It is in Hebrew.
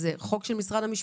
זה חוק של משרד המשפטים.